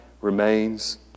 remains